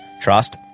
trust